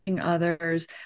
others